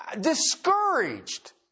discouraged